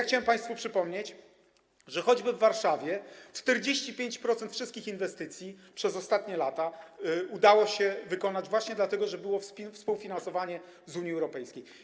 Chciałem państwu przypomnieć, że choćby w Warszawie 45% wszystkich inwestycji w ostatnich latach udało się wykonać właśnie dlatego, że było współfinansowanie z Unii Europejskiej.